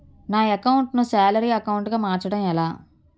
నా అకౌంట్ ను salary account గా మార్చటం ఎలా?